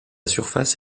surface